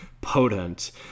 potent